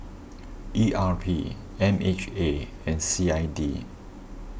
E R P M H A and C I D